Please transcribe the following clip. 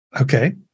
Okay